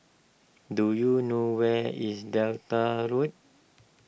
do you know where is Delta Road